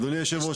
אדוני היו"ר,